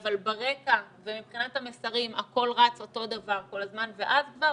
אבל ברקע ומבחינת המסרים הכול רץ אותו דבר כל הזמן ואז כבר